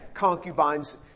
concubines